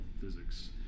physics